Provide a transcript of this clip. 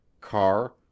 car